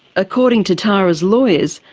according to tara's lawyers,